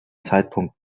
zeitpunkt